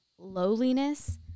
Lowliness